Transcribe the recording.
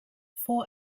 four